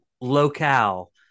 locale